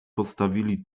postawili